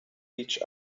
each